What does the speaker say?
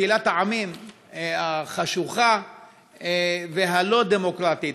קהילת העמים החשוכה והלא-דמוקרטית.